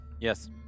Yes